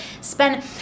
spend